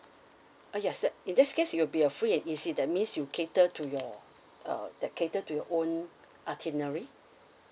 uh yes in that case you will be uh free and easy that means you cater to your uh that cater to your own itinerary